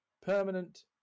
permanent